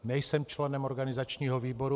Nejsem členem organizačního výboru.